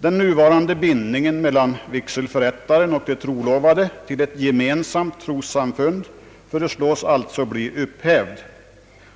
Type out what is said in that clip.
Den nuvarande bindningen mellan vigselförrättaren och de trolovade till ett gemensamt trossamfund föreslås alltså bli upphävd.